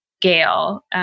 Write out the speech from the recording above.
Gail